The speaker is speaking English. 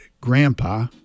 grandpa